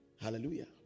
Hallelujah